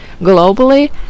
globally